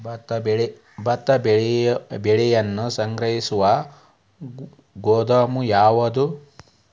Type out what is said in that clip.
ಭತ್ತದ ಬೆಳೆಯನ್ನು ಸಂಗ್ರಹಿಸುವ ಗೋದಾಮು ಯಾವದು?